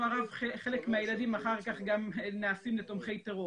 הרבה חלק מהילדים אחר כך גם נעשים לתומכי טרור.